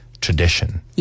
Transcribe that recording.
tradition